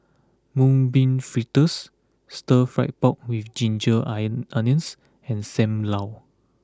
Mung Bean Fritters Stir Fry Pork with Ginger Onions and Sam Lau